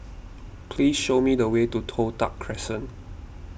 please show me the way to Toh Tuck Crescent